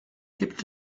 gibt